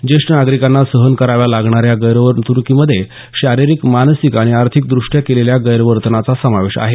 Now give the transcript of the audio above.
ज्येष्ठ नागरिकांना सहन कराव्या लागणाऱ्या गैरवर्तणुकीमधे शारिरिक मानसिक आणि आर्थिक दृष्ट्या केलेल्या गैरवर्तनाचा समावेश आहे